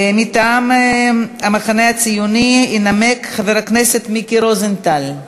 מטעם המחנה הציוני ינמק חבר הכנסת מיקי רוזנטל.